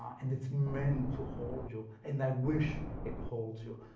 and it's meant to hold you, and i wish it holds you.